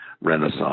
Renaissance